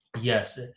Yes